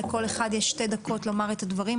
לכל אחד יש שתי דקות לומר את הדברים.